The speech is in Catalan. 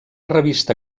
revista